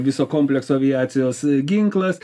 viso komplekso aviacijos ginklas